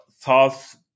thoughts